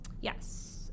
yes